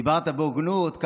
דיברת בהוגנות.